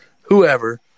whoever